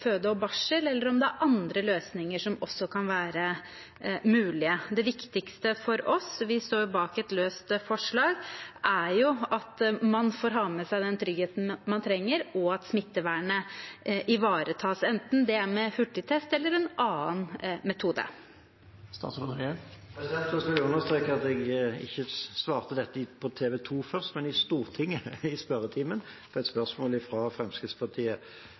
og barsel, eller om det er andre løsninger som også kan være mulige. Det viktigste for oss – vi står jo bak et løst forslag – er at man får ha med seg den tryggheten man trenger, og at smittevernet ivaretas, enten det er med hurtigtest eller en annen metode. Først vil jeg understreke at jeg ikke svarte dette på TV 2 først, men i Stortinget, i spørretimen, på et spørsmål fra Fremskrittspartiet.